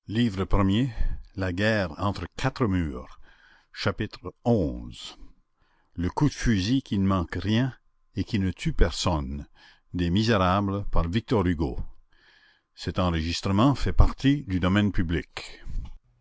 le coup de fusil qui ne manque rien et qui ne tue personne